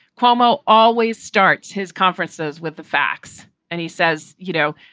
cuomo always starts his conferences with the facts and he says, you know,